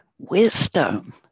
Wisdom